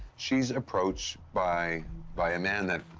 she's approached by by a man that,